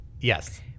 Yes